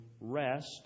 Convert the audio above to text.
rest